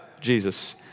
Jesus